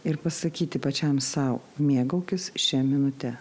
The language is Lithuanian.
ir pasakyti pačiam sau mėgaukis šia minute